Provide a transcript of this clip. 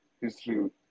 history